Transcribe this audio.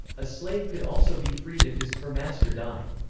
a slave could also be freed if his her master died.